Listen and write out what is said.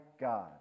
God